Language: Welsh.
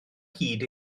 hyd